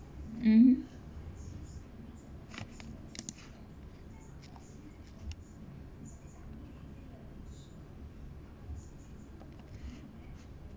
mmhmm